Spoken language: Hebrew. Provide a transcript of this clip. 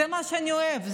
זה מה שאני אוהב,